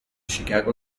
chicago